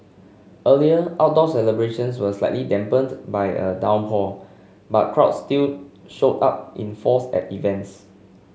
earlier outdoor celebrations were slightly dampened by a downpour but crowds still showed up in force at events